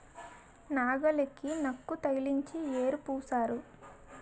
నాగలికి నక్కు తగిలించి యేరు పూశారు